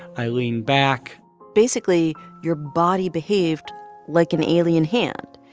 i lean back basically, your body behaved like an alien hand.